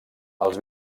els